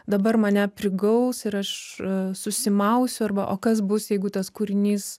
dabar mane prigaus ir aš susimausiu arba o kas bus jeigu tas kūrinys